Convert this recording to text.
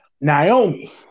Naomi